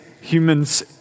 humans